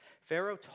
Pharaoh